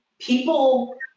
People